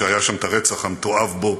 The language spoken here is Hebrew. כשהיה הרצח המתועב בו,